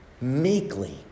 meekly